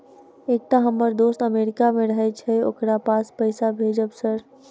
एकटा हम्मर दोस्त अमेरिका मे रहैय छै ओकरा पैसा भेजब सर?